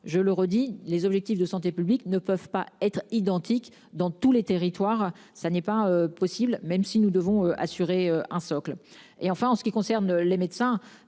je le redis, les objectifs de santé publique ne peuvent pas être identique dans tous les territoires, ça n'est pas possible, même si nous devons assurer un socle et enfin en ce qui concerne les médecins.